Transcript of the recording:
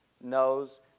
knows